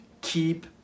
keep